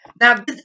Now